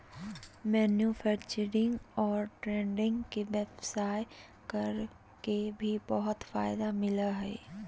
manufacturing और trading के व्यवसाय कर के भी बहुत फायदा मिलय हइ